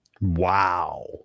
Wow